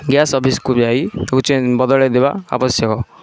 ଗ୍ୟାସ୍ଡୁୋେ ଅଫିସକୁ ଯାଇ ତାକୁ ଚେ ବଦଳା଼ଇ ଦେବା ଆବଶ୍ୟକ